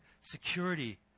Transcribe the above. security